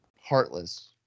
heartless